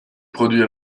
produit